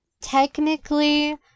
technically